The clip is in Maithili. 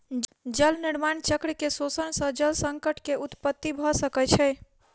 जल निर्माण चक्र के शोषण सॅ जल संकट के उत्पत्ति भ सकै छै